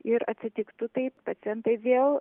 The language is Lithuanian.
ir atsitiktų taip pacientai vėl